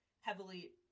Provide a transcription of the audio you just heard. heavily